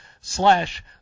slash